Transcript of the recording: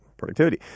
Productivity